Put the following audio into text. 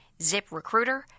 ZipRecruiter